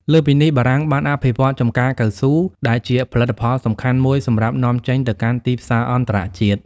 លើសពីនេះ បារាំងបានអភិវឌ្ឍន៍ចម្ការកៅស៊ូ ដែលជាផលិតផលសំខាន់មួយសម្រាប់នាំចេញទៅកាន់ទីផ្សារអន្តរជាតិ។